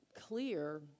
clear